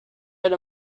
have